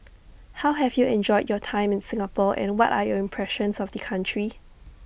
how have you enjoyed your time in Singapore and what are your impressions of the country